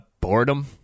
boredom